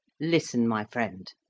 listen, my friend.